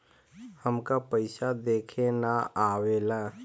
हमका पइसा देखे ना आवेला?